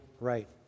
right